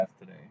today